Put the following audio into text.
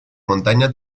montaña